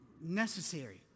necessary